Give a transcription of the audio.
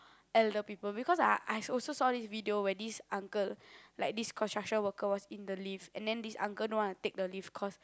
elder people because I I also saw this video where this uncle like this construction worker was in the lift and then this uncle don't wanna take the lift cause